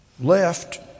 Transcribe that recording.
left